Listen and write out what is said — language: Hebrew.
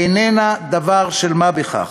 איננה דבר של מה בכך,